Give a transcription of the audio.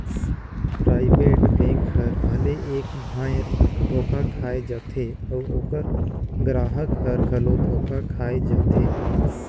private bank हर भले एक धाएर धोखा खाए जाथे अउ ओकर गराहक हर घलो धोखा खाए जाथे